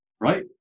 Right